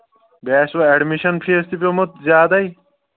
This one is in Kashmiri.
بیٚیہِ آسِوٕ اٮ۪ڈمِشَن فیٖس تہِ پیوٚمُت زیادَے